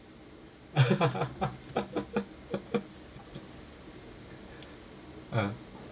ah